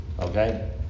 okay